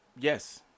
Yes